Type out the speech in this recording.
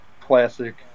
classic